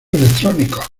electrónicos